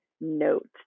note